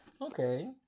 okay